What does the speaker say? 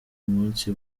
munsi